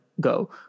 go